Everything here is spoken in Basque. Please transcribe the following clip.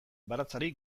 baratzari